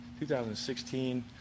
2016